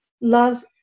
loves